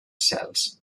cels